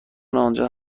آنجا